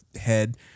head